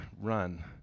run